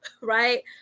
right